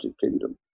Kingdom